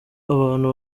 abantu